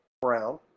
brown